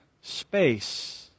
space